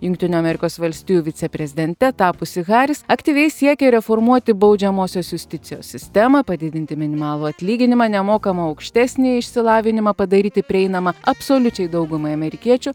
jungtinių amerikos valstijų viceprezidente tapusi haris aktyviai siekė reformuoti baudžiamosios justicijos sistemą padidinti minimalų atlyginimą nemokamą aukštesnįjį išsilavinimą padaryti prieinamą absoliučiai daugumai amerikiečių